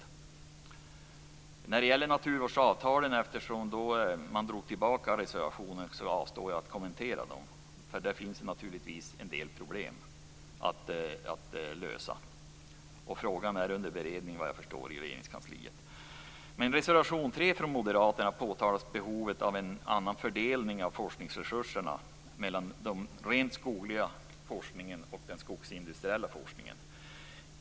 Eftersom reservationerna om naturvårdsavtalen dragits tillbaka, avstår jag från att kommentera dem. Där finns en del problem att lösa. Frågan är såvitt jag förstår under beredning i Regeringskansliet. I reservation 3 från moderaterna understryks behovet av en annan fördelning av forskningsresurserna mellan den rent skogliga forskningen och den skogsindustriella forskningen.